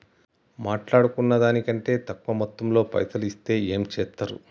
మాట్లాడుకున్న దాని కంటే తక్కువ మొత్తంలో పైసలు ఇస్తే ఏం చేత్తరు?